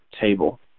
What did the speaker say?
table